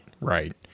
Right